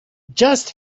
just